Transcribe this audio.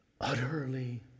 utterly